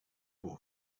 for